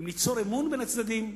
אם ניצור אמון בין הצדדים,